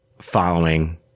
following